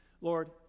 Lord